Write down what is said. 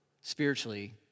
spiritually